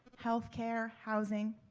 healthcare, housing,